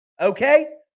okay